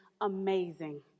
amazing